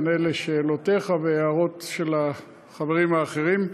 אענה על שאלותיך ועל הערות של החברים האחרים.